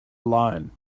line